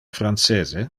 francese